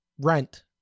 Rent